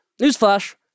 Newsflash